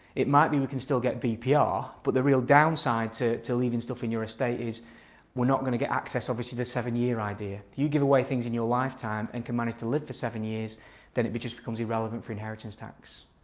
it might be we can still get bpr but the real down side to to leaving stuff in your estate is we're not going to get access obviously to the seven year idea. if you give away things in your lifetime and can manage to live for seven years then it just becomes irrelevant for inheritance tax.